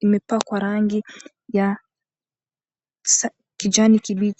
imepakwa rangi ya kijani kibichi.